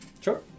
Sure